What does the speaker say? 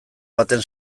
batean